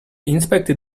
inspected